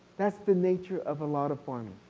that's the nature of a lot of farming.